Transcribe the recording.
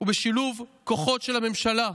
ובשילוב כוחות של הממשלה,